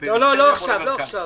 בפריפריה ובמרכז.